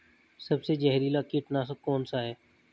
सबसे जहरीला कीटनाशक कौन सा है?